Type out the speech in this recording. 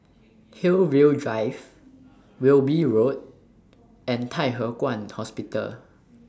Hillview Drive Wilby Road and Thye Hua Kwan Hospital